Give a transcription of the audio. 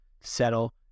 settle